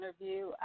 interview